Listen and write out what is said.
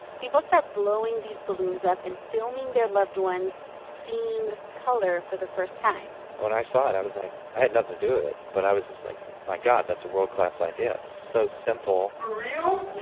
people start blowing these balloons up and filming their loved ones seeing color for the first time and when i saw it, i was like i had nothing to do with it but i was just like my god, that's a world-class idea. it's so simple for real?